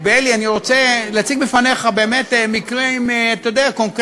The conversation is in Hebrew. אלי, אני רוצה להציג בפניך מקרים קונקרטיים.